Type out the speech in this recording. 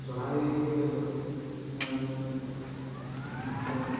ᱥᱚᱦᱚᱨᱟᱭ ᱨᱮᱫᱚ ᱚᱱᱟᱜᱮ ᱟᱵᱚ